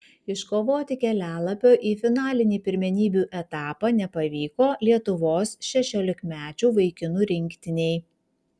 iškovoti kelialapio į finalinį pirmenybių etapą nepavyko lietuvos šešiolikmečių vaikinų rinktinei